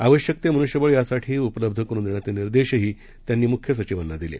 आवश्यकतेमनुष्यबळयासाठीउपलब्धकरूनदेण्याचेनिर्देशहीत्यांनीमुख्यसचिवांनादिले